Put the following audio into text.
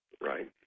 Right